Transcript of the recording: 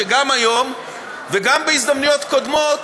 שגם היום וגם בהזדמנויות קודמות